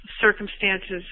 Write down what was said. circumstances